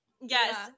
Yes